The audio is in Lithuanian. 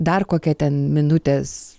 dar kokia ten minutės